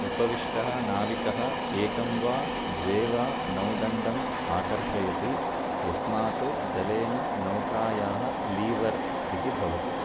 उपविष्टः नाविकः एकं वा द्वे वा नौदण्डम् आकर्षयति यस्मात् जलेन नौकायाः लीवर् इति भवति